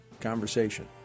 conversation